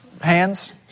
Hands